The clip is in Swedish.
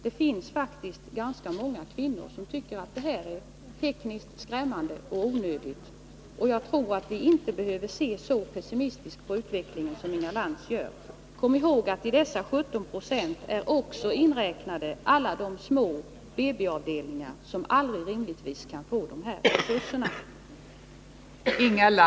Det finns faktiskt ganska många kvinnor som anser att dessa metoder är tekniskt skrämmande och onödiga. Jag tror inte att vi behöver se så pessimistiskt på utvecklingen som Inga Lantz gör. Kom ihåg att i de 17 26 som jag nämnde för hela riket är också inräknade alla de små BB-avdelningarna som rimligtvis aldrig kan få de här resurserna.